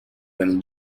when